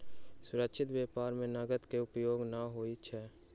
सुरक्षित व्यापार में नकद के उपयोग नै होइत अछि